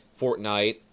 Fortnite